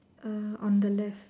ah on the left